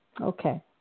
Okay